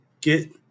get